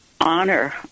honor